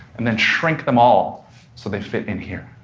and then shrink them all so they fit in here.